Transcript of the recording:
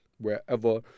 wherever